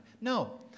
No